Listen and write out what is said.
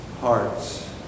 hearts